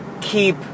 keep